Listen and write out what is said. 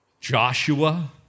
Joshua